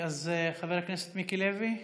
חבר הכנסת מיקי לוי,